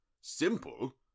Simple